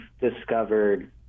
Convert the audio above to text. discovered